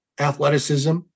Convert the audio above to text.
athleticism